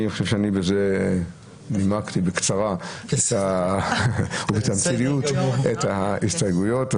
אני חושב שאני בזה נימקתי בקצרה או בתמציתיות את ההסתייגויות.